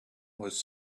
was